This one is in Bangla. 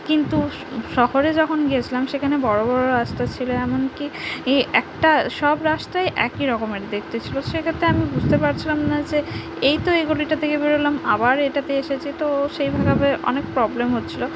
কিন্তু শহরে যখন গিয়েছিলাম সেখানে বড় বড় রাস্তা ছিল এমনকি ই একটা সব রাস্তাই একই রকমের দেখতে ছিল সেক্ষেত্রে আমি বুঝতে পারছিলাম না যে এই তো এই গলিটা থেকে বেরোলাম আবার এটাতেই এসেছি তো সেইভাবে অনেক প্রবলেম হচ্ছিল